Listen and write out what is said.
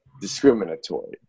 discriminatory